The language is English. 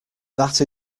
that